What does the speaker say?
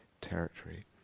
territory